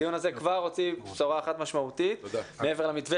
הדיון הזה כבר הוציא בשורה אחת משמעותית מעבר למתווה